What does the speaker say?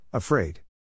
Afraid